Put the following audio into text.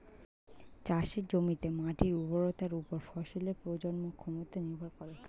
চাষের জমিতে মাটির উর্বরতার উপর ফসলের প্রজনন ক্ষমতা নির্ভর করে